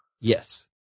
Yes